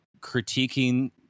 critiquing